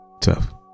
tough